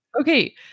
Okay